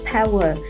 Power